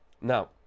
Now